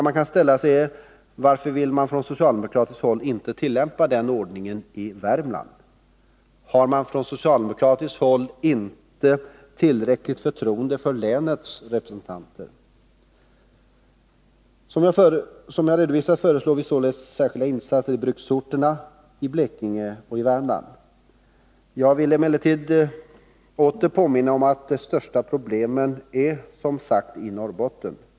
Man kan då fråga sig: Varför vill man från socialdemokratiskt håll inte tillämpa den ordningen för Värmland? Har socialdemokraterna inte tillräckligt förtroende för länets representanter? Som jag redovisat föreslår vi således särskilda insatser i bruksorterna, i Blekinge och i Värmland. Jag vill emellertid åter påminna om att de största problemen finns i Norrbotten.